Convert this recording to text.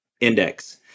index